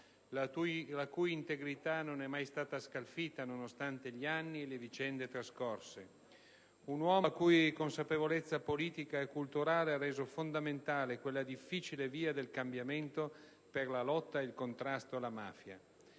la cui integrità non è mai stata scalfita, nonostante gli anni e le vicende trascorse. Un uomo la cui consapevolezza politica e culturale ha reso fondamentale quella difficile via del cambiamento per la lotta e il contrasto alla mafia.